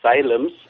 asylums